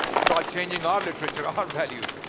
start changing our literature. our values.